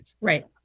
Right